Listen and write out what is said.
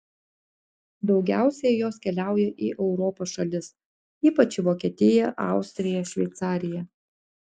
daugiausiai jos keliauja į europos šalis ypač į vokietiją austriją šveicariją